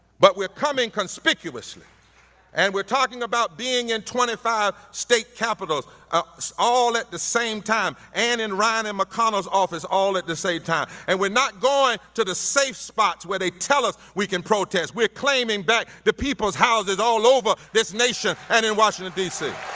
but we're coming conspicuously and we're talking about being in twenty five state capitals all at the same time, and in ryan and mcconnell's office all at the same time, and we're not going to the safe spots where they tell us we can protest. we're claiming back the people's houses all over this nation and in washington dc.